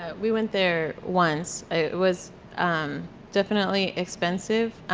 ah we went there once, it was um definitely expensive,